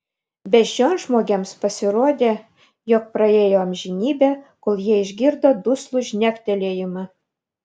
beždžionžmogiams pasirodė jog praėjo amžinybė kol jie išgirdo duslų žnektelėjimą